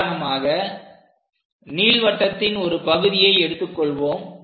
உதாரணமாக நீள்வட்டத்தின் ஒரு பகுதியை எடுத்துக் கொள்வோம்